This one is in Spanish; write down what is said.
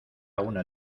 una